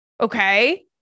Okay